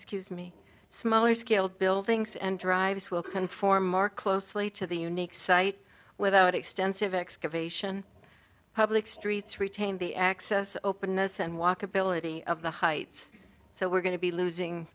scuse me smaller scale buildings and drivers will conform more closely to the unique site without extensive excavation public streets retain the access openness and walkability of the heights so we're going to be losing